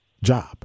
Job